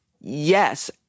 Yes